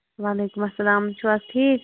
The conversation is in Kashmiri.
وعلیکُم اَلسلام تُہۍ چھِو حظ ٹھیٖک